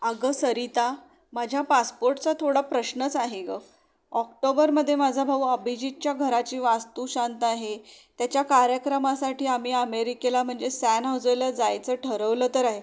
अगं सरिता माझ्या पासपोर्टचा थोडा प्रश्नच आहे गं ऑक्टोबरमध्ये माझा भाऊ अभिजितच्या घराची वास्तूशांत आहे त्याच्या कार्यक्रमासाठी आम्ही अमेरिकेला म्हणजे सॅन होजेला जायचं ठरवलं तर आहे